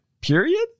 period